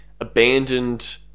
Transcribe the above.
abandoned